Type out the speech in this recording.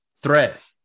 threat